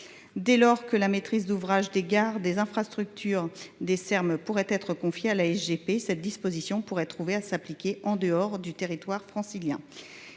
ds lors que la maîtrise d'ouvrage des gares des infrastructures des Serm pourrait être confiée à la G p. Cette disposition pourrait être trouvée à s'appliquer en dehors du territoire francilien.